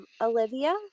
Olivia